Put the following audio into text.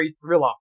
thriller